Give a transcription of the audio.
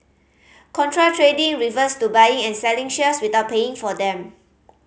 contra trading refers to buying and selling shares without paying for them